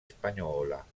spagnola